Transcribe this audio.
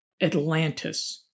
Atlantis